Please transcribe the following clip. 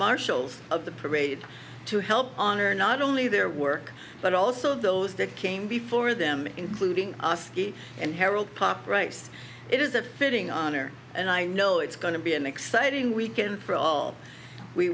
marshals of the parade to help honor not only their work but also those that came before them including us and harold pop writes it is a fitting honor and i know it's going to be an exciting weekend for all we